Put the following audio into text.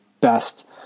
best